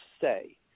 say